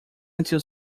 until